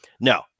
No